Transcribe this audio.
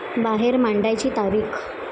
बाहेर मांडायची तारीख